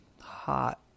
hot